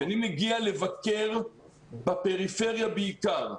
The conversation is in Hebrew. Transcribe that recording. כשאני מגיע לבקר בפריפריה בעיקר,